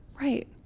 Right